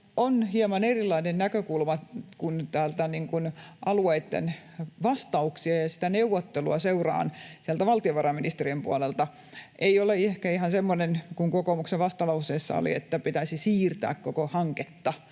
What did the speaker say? on hieman erilainen näkökulma, kun alueitten vastauksia ja sitä neuvottelua seuraan sieltä valtiovarainministeriön puolelta, ei ole ehkä ihan semmoinen kuin kokoomuksen vastalauseessa oli, että pitäisi siirtää koko hanketta.